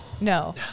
No